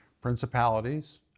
principalities